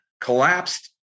collapsed